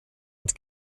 und